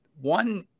One